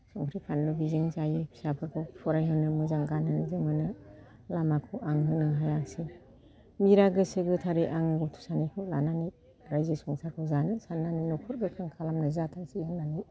संख्रि फानलु बेजोंनो जायो फिसाफोरखौ फरायहोनो मोजां गानहोनो जोमहोनो लामाखौ आङो होनो हायासै मिरा गोसो गोथारै आङो गथ' सानैखौ लानानै रायजो संसारखौ जानो साननानै न'खर गोख्रों खालामनो जाथोंसै होननानै